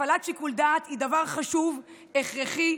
הפעלת שיקול דעת היא דבר חשוב, הכרחי,